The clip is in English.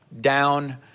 down